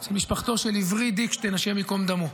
אצל משפחתו של עברי דיקשטיין, השם ייקום דמו,